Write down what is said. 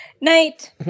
Night